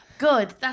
Good